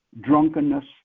drunkenness